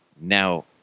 Now